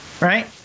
Right